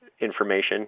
information